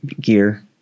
gear